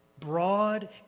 broad